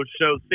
Show